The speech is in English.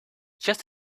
just